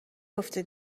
افته